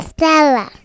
Stella